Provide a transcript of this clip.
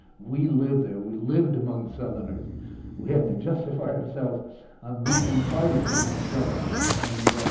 we lived there, we lived among southerners we had to justify ourselves on weekend parties among southerners and